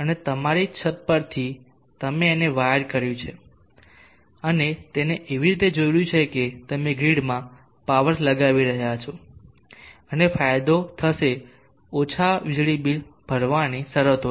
અને તમારી છત પરથી તમે તેને વાયર કર્યું છે અને તેને એવી રીતે જોડ્યું છે કે તમે ગ્રીડમાં પાવર લગાવી રહ્યાં છો તમને ફાયદો થશે ઓછા વીજળી બીલ ભરવાની શરતો છે